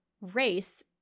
race